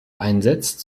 einsetzt